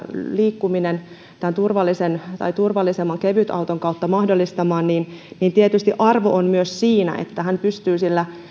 liikkuminen tämän turvallisemman kevytauton kautta mahdollistamaan niin niin tietysti arvo on myös siinä että hän pystyy sillä